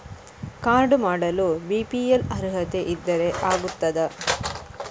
Card ಮಾಡಲು BPL ಅರ್ಹತೆ ಇದ್ದರೆ ಆಗುತ್ತದ?